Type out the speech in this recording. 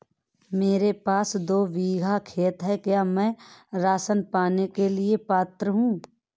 मेरे पास दो बीघा खेत है क्या मैं राशन पाने के लिए पात्र हूँ?